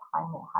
climate